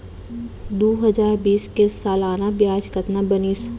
दू हजार बीस के सालाना ब्याज कतना बनिस?